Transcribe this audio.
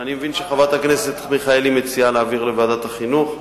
אני מבין שחברת הכנסת מיכאלי מציעה להעביר לוועדת החינוך.